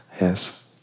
Yes